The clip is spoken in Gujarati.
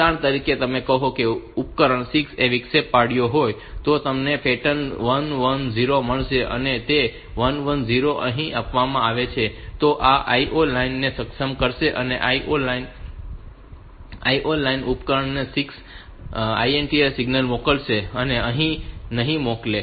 ઉદાહરણ તરીકે કહો કે જો ઉપકરણ 6 એ વિક્ષેપ પાડ્યો હોય તો તમને પેટર્ન 1 1 0 મળશે અને તે 1 1 0 જે અહીં આપવામાં આવે છે તે આ O6 લાઇન ને સક્ષમ કરશે અને O 6 લાઇન ઉપકરણ 6 ને INTA સિગ્નલ મોકલશે અને અન્ય નહીં મોકલે